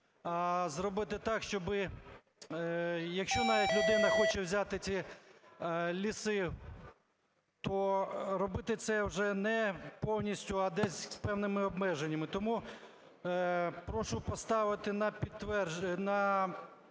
зробити так, щоби якщо навіть людина хоче взяти ці ліси, то робити це вже не повністю, а десь з певними обмеженнями. Тому прошу поставити на врахування